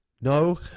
no